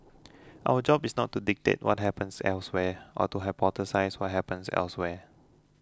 our job is not to dictate what happens elsewhere or to hypothesise what happens elsewhere